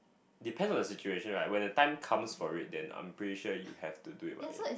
depend on the situation right when the time comes for it then I'm pretty sure you have to do it what if